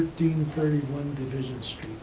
thirty one division so